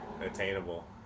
attainable